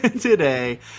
today